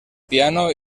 piano